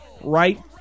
right